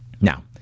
Now